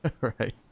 right